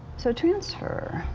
so, transfer.